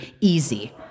Easy